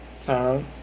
Time